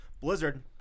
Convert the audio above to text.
Blizzard